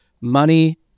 money